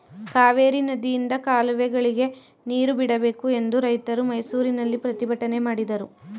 ಕಾವೇರಿ ನದಿಯಿಂದ ಕಾಲುವೆಗಳಿಗೆ ನೀರು ಬಿಡಬೇಕು ಎಂದು ರೈತರು ಮೈಸೂರಿನಲ್ಲಿ ಪ್ರತಿಭಟನೆ ಮಾಡಿದರು